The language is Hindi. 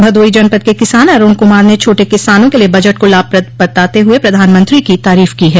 भदोही जनपद के किसान अरूण कुमार ने छोटे किसानों के लिये बजट को लाभप्रद बताते हुए प्रधानमंत्री की तारीफ की है